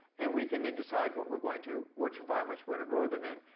and we can then decide what we're going to which environments we're gonna grow them in.